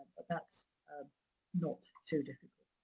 but that's not too difficult.